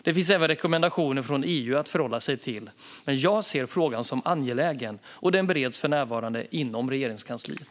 Det finns även rekommendationer från EU att förhålla sig till. Jag ser frågan som angelägen, och den bereds för närvarande inom Regeringskansliet.